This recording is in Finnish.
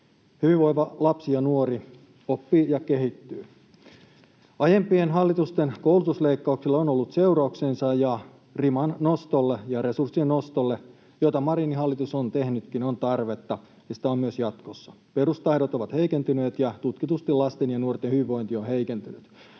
Hyvinvoiva lapsi ja nuori oppii ja kehittyy. Aiempien hallitusten koulutusleikkauksilla on ollut seurauksensa, ja riman nostolle ja resurssien nostolle, joita Marinin hallitus on tehnytkin, on tarvetta, ja sitä on myös jatkossa. Perustaidot ovat heikentyneet, ja tutkitusti lasten ja nuorten hyvinvointi on heikentynyt.